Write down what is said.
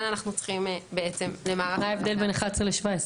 מה ההבדל בין 11 ל-17?